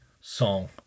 song